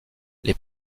des